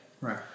Right